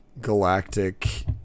galactic